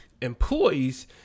Employees